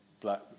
black